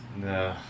No